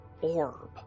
orb